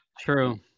true